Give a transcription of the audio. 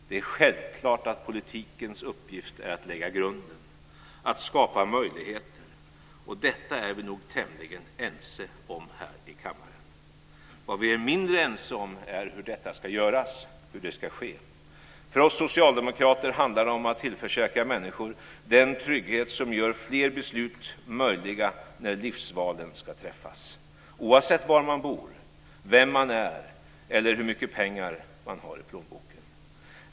Det är självklart att politikens uppgift är att lägga grunden, att skapa möjligheter, och detta är vi nog tämligen ense om här i kammaren. Vad vi är mindre ense om är hur detta ska göras och hur det ska ske. För oss socialdemokrater handlar det om att tillförsäkra människor den trygghet som gör fler beslut möjliga när livsvalen ska träffas, oavsett var man bor, vem man är eller hur mycket pengar man har i plånboken.